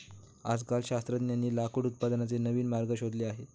आजकाल शास्त्रज्ञांनी लाकूड उत्पादनाचे नवीन मार्ग शोधले आहेत